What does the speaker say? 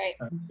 right